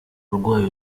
urwaye